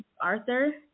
Arthur